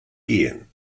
gehen